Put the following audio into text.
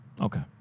Okay